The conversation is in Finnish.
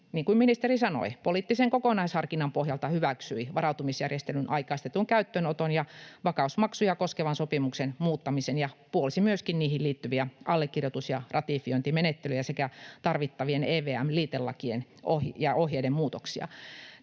niin kuin ministeri sanoi — poliittisen kokonaisharkinnan pohjalta hyväksyi varautumisjärjestelyn aikaistetun käyttöönoton ja vakausmaksuja koskevan sopimuksen muuttamisen ja puolsi myöskin niihin liittyviä allekirjoitus- ja ratifiointimenettelyjä sekä tarvittavien EVM-liitelakien ja ohjeiden muutoksia.